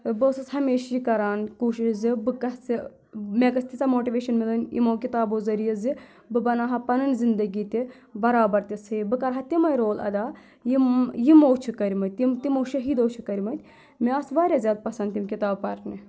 بہٕ ٲسٕس ہمیشہٕ یہِ کَران کوٗشِش زِ بہٕ گژھِ مےٚ گژھِ تیٖژاہ ماٹِویٚشَن مِلٕنۍ یِمو کِتابو ذٔریعہِ زِ بہٕ بَناوہا پَنٕنۍ زِندٕگی تہِ برابر تِژہےٚ بہٕ کَرٕ ہا تِمَے رول اَدا یِم یِمو چھِ کٔرمٕتۍ یِم تِمو شہیٖدو چھِ کٔرمٕتۍ مےٚ آسہٕ واریاہ زیادٕ پَسنٛد تِم کِتاب پَرنہِ